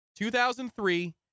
2003